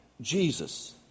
Jesus